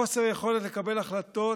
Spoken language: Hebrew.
חוסר יכולת לקבל החלטות,